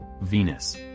Venus